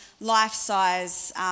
life-size